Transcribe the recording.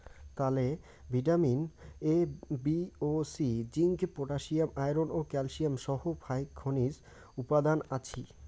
তালে vitamin A, B ও C, zinc, potassium, iron ও ক্যালসিয়াম সহ ফাইক খনিজ উপাদান আছি